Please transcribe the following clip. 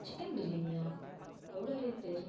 chicken பிரியாணியா எவ்வளோ rate